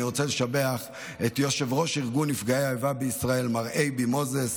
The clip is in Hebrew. אני רוצה לשבח את יו"ר ארגון נפגעי פעולות האיבה בישראל מר אייבי מוזס